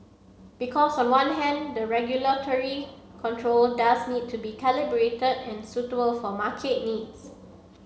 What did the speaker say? because a one hand the regulatory control does need to be calibrated and suitable for market needs